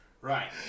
Right